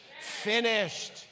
finished